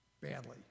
badly